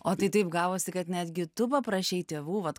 o tai taip gavosi kad netgi tu paprašei tėvų vat